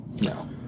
No